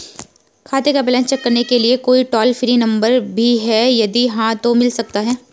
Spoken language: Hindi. खाते का बैलेंस चेक करने के लिए कोई टॉल फ्री नम्बर भी है यदि हाँ तो मिल सकता है?